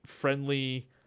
friendly